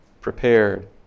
prepared